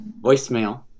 voicemail